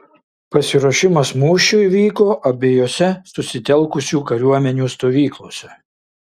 pasiruošimas mūšiui vyko abiejose susitelkusių kariuomenių stovyklose